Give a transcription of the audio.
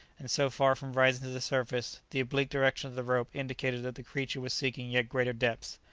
and so far from rising to the surface, the oblique direction of the rope indicated that the creature was seeking yet greater depths.